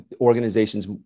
organizations